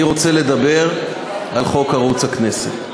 אני רוצה לדבר על חוק ערוץ הכנסת.